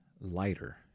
lighter